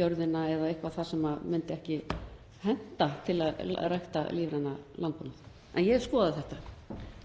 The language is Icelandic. jörðina eða eitthvað sem myndi ekki henta til að stunda lífrænan landbúnað. En ég skoða þetta.